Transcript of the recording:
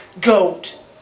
goat